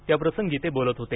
त्या प्रसंगी ते बोलत होते